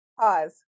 Pause